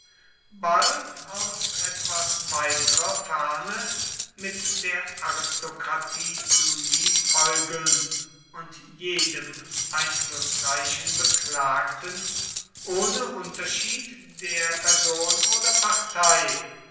bald aus etwas weiterer ferne mit der aristokratie zu liebäugeln und jedem einflußreichen beklagten ohne unterschied der person oder partei